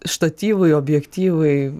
štatyvai objektyvai